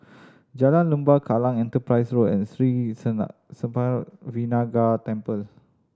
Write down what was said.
Jalan Lembah Kallang Enterprise Road and Sri Senpaga Vinayagar Temple